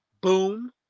Boom